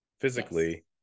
physically